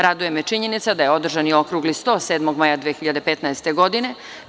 Raduje me činjenica da je održan i okrugli sto 7. maja 2015. godine.